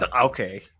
Okay